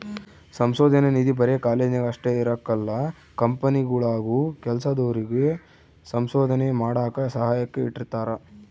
ಸಂಶೋಧನಾ ನಿಧಿ ಬರೆ ಕಾಲೇಜ್ನಾಗ ಅಷ್ಟೇ ಇರಕಲ್ಲ ಕಂಪನಿಗುಳಾಗೂ ಕೆಲ್ಸದೋರಿಗೆ ಸಂಶೋಧನೆ ಮಾಡಾಕ ಸಹಾಯಕ್ಕ ಇಟ್ಟಿರ್ತಾರ